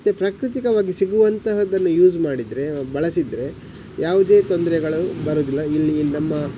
ಮತ್ತು ಪ್ರಕೃತಿಕವಾಗಿ ಸಿಗುವಂತಹದ್ದನ್ನು ಯೂಸ್ ಮಾಡಿದರೆ ಬಳಸಿದರೆ ಯಾವುದೇ ತೊಂದರೆಗಳು ಬರುವುದಿಲ್ಲ ಇಲ್ಲಿ ನಮ್ಮ